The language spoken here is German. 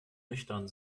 nüchtern